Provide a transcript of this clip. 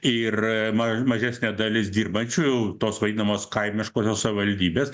ir ma mažesnė dalis dirbančių tos vadinamos kaimiškosios savivaldybės